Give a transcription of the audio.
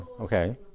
okay